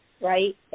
Right